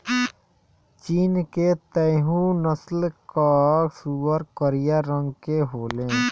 चीन के तैहु नस्ल कअ सूअर करिया रंग के होले